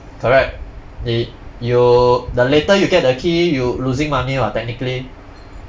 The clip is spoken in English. correct y~ you the later you get the key you losing money [what] technically